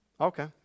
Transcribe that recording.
Okay